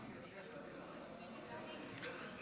שנועד לסדר לבנימין נתניהו כהונת ראש ממשלה לנצח-נצחים.